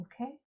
okay